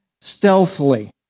stealthily